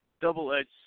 double-edged